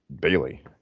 Bailey